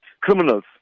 criminals